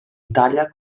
italia